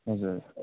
हजुर